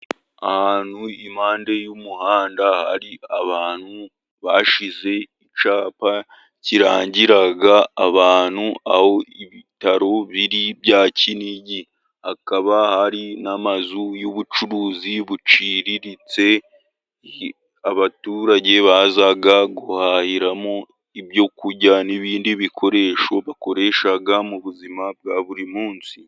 Ahantu impande y'umuhanda hari abantu bashize icyapa kirangira abantu aho ibitaro biri bya kinigi, hakaba hari n'amazu y'ubucuruzi buciriritse, abaturage baza guhahiramo ibyo kurya n'ibindi bikoresho bakoresha mu buzima bwa buri munsi.